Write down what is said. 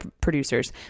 producers